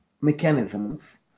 mechanisms